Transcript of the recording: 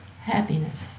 happiness